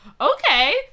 Okay